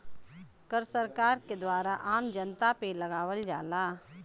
कर सरकार के द्वारा आम जनता पे लगावल जाला